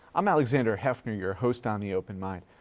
i'm alexander heffner, your host on the open mind.